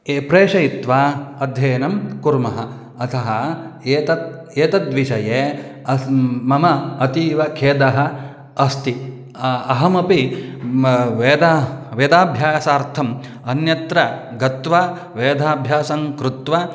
ये प्रेषयित्वा अध्ययनं कुर्मः अतः एतत् एतद्विषये अस्म् मम अतीव खेदः अस्ति अहमपि वेदाः वेदाभ्यासार्थम् अन्यत्र गत्वा वेदाभ्यासं कृत्वा